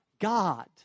God